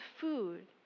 food